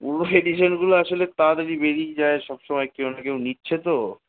পুরনো এডিশানগুলো আসলে তাড়াতাড়ি বেরিয়ে যায় সব সময় কেউ না কেউ নিচ্ছে তো